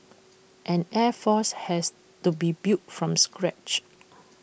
an air force has to be built from scratch